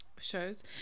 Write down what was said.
shows